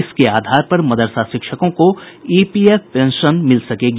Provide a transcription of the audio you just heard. इसके आधार पर मदरसा शिक्षकों को ईपीएफ पेंशन मिल सकेगी